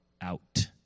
out